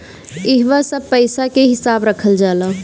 इहवा सब पईसा के हिसाब रखल जाला